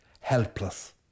Helpless